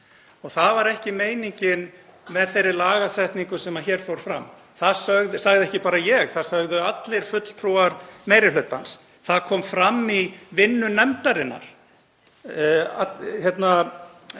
Það var ekki meiningin með þeirri lagasetningu sem hér fór fram. Það sagði ekki bara ég, það sögðu allir fulltrúar meiri hlutans. Það kom fram í vinnu nefndarinnar